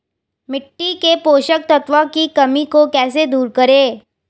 मिट्टी के पोषक तत्वों की कमी को कैसे दूर करें?